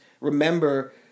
remember